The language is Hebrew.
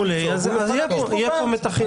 יהיו פה מתחים.